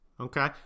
Okay